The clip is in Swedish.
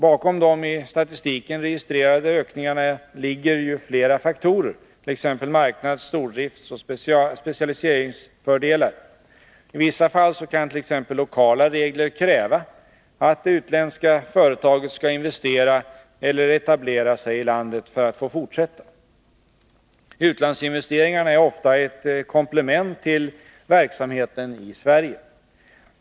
Bakom de i statistiken registrerade ökningarna ligger flera faktorer, t.ex. marknads-, stordriftsoch specialiseringsfördelar. I vissa fall kan t.ex. lokala regler kräva att det utländska företaget skall investera eller etablera sig i landet för att få fortsätta. Utlandsinvesteringarna är ofta ett komplement till verksamheten i Sverige.